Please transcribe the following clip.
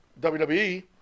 WWE